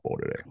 today